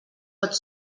pot